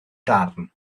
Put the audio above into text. darn